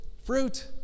fruit